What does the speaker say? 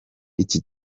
iki